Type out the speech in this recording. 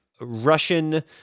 Russian